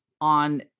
on